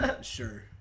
sure